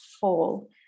fall